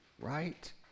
right